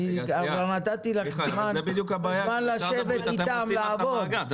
אני נתתי לך זמן, זמן לשבת איתם לעבוד.